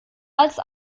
als